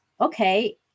okay